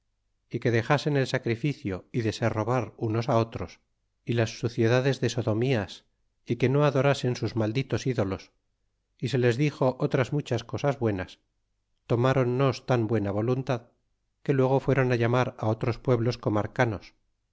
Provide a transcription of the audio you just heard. y que dexasen el sacrificio y de se robar unos otros y las suciedades de sodomias y que no adorasen sus malditos ídolos y se les dixo otras muchas cosas buenas tomronnos tan buena voluntad que luego fueron llamar a otros pueblos comarcanos